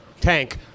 Tank